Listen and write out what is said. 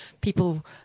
People –